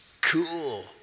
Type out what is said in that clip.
Cool